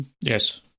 Yes